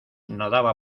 nadaba